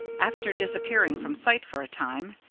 after disappearing from sight for a time,